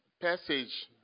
Passage